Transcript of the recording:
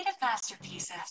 masterpieces